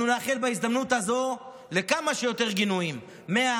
אנחנו נייחל בהזדמנות הזאת לכמה שיותר גינויים: 100,